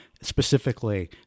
specifically